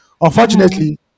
Unfortunately